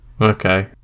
Okay